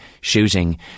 shooting